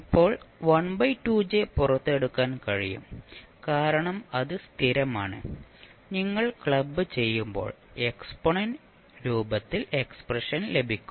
ഇപ്പോൾ പുറത്തെടുക്കാൻ കഴിയും കാരണം അത് സ്ഥിരമാണ് നിങ്ങൾ ക്ലബ് ചെയ്യുമ്പോൾ എക്സ്പോണന്റ് രൂപത്തിൽ എക്സ്പ്രഷൻ ലഭിക്കും